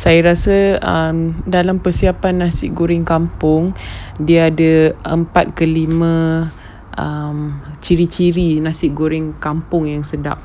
saya rasa um dalam persiapan nasi goreng kampung dia ada empat ke lima um ciri-ciri nasi goreng kampung yang sedap